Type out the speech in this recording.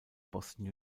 boston